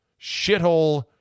Shithole